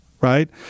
right